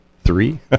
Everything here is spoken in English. three